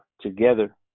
together